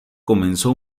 comenzó